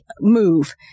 move